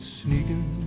sneaking